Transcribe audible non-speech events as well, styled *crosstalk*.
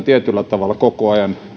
*unintelligible* tietyllä tavalla koko ajan